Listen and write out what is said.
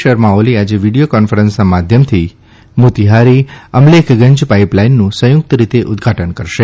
શર્મા ઓલી આજે વિડીયો કોન્ફરન્સના માધ્યમથી મોતીહારી અમલેખગંજ ાઇ લાઇનનું સંયુક્ત રીતે ઉદ્દઘાટન કરશે